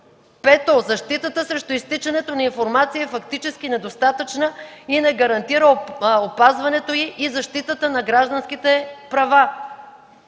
5. Защитата срещу изтичането на информация фактически е недостатъчна и не гарантира опазването й и защитата на гражданските права.